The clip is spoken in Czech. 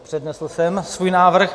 Přednesl jsem svůj návrh.